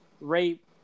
rape